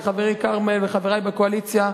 וחברי כרמל וחברי בקואליציה,